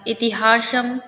इतिहासं